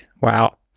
Wow